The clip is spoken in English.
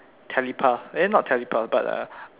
telepath eh not telepath but